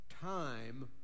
time